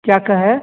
क्या कहें